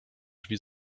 drzwi